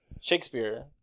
Shakespeare